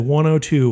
102